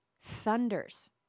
thunders